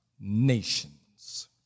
nations